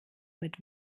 mit